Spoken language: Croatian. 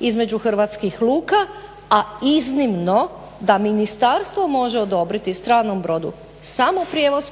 između hrvatskih luka, a iznimno da ministarstvo može odobriti stranom brodu samo prijevoz